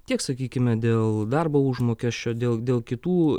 tiek sakykime dėl darbo užmokesčio dėl dėl kitų